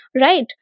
right